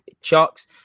Chucks